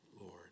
Lord